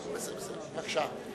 בבקשה.